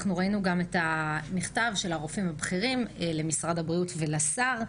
ראינו גם את המכתב של הרופאים הבכירים למשרד הבריאות ולשר.